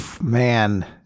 man